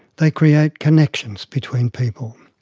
they create connections between people.